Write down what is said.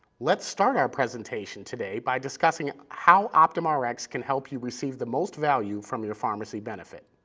let's start our presentation today by discussing how optumrx can help you receive the most value from your pharmacy benefit.